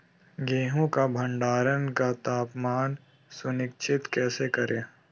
गेहूं का भंडारण का तापमान सुनिश्चित कैसे करिये?